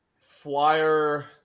Flyer